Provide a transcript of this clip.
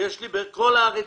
שיש לי סניפים כמעט בכל הארץ,